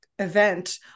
event